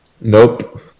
Nope